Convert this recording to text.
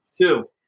Two